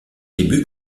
débuts